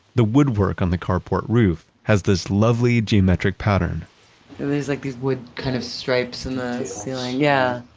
the woodwork on the car port roof has this lovely geometric pattern there is like these wood kind of stripes in the ceiling. details. yeah.